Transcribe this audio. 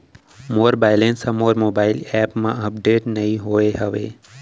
मोर balance हा मोर mobile app मा अपडेट नहीं होय हवे